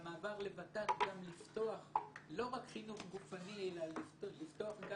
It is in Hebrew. במעבר לות"ת גם לפתוח לא רק חינוך גופני אלא לפתוח גם